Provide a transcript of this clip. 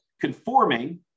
conforming